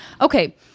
Okay